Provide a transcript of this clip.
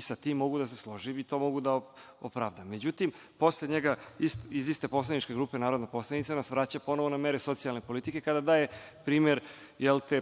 Sa tim mogu da se složim i to mogu da opravdam.Međutim, posle njega, iz iste poslaničke grupe, narodna poslanica nas vraća na mere socijalne politike kada daje primer